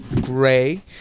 gray